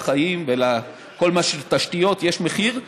ולחיים ולכל התשתיות יש מחיר,